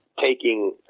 taking